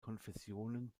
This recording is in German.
konfessionen